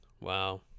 Wow